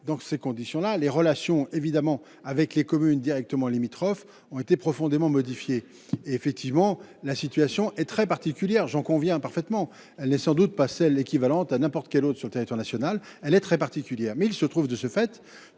dans ces conditions là les relations évidemment avec les communes directement limitrophes ont été profondément modifiés effectivement la situation est très particulière, j'en conviens parfaitement, elle est sans doute passé l'équivalent à n'importe quel autre sur le territoire national, elle est très particulière,